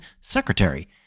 Secretary